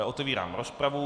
Otevírám rozpravu.